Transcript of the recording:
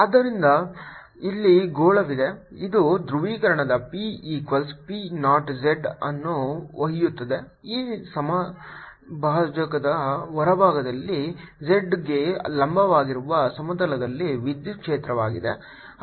ಆದ್ದರಿಂದ ಇಲ್ಲಿ ಗೋಳವಿದೆ ಇದು ಧ್ರುವೀಕರಣದ p equals p naught z ಅನ್ನು ಒಯ್ಯುತ್ತದೆ ಈ ಸಮಭಾಜಕದ ಹೊರಭಾಗದಲ್ಲಿ z ಗೆ ಲಂಬವಾಗಿರುವ ಸಮತಲದಲ್ಲಿ ವಿದ್ಯುತ್ ಕ್ಷೇತ್ರವಾಗಿದೆ